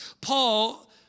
Paul